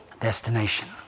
destination